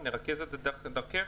נרכז את זה דרך הוועדה?